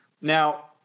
now